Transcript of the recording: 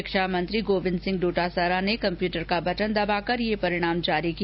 शिक्षा मंत्री गोविन्द सिंह डोटासरा ने कम्प्यूटर का बटन दबाकर यह परिणाम जारी किया